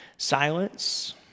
silence